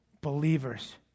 believers